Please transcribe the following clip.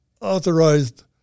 authorized